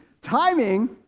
timing